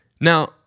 Now